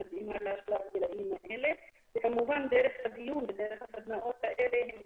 היא מתאימה לגילאים האלה וכמובן דרך הדיון ודרך הסדנאות האלה הם